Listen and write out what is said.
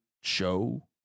show